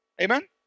Amen